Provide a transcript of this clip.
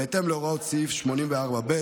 בהתאם להוראות סעיף 84(ב)